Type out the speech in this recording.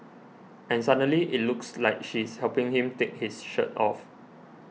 and suddenly it looks like she's helping him take his shirt off